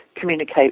communicate